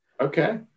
okay